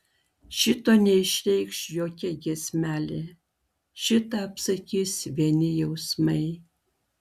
šito neišreikš jokia giesmelė šitą apsakys vieni jausmai